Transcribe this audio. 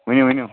ؤنِو ؤنِو